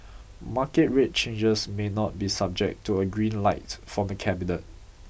market rate changes may not be subject to a green light for cabinet